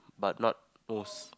but not most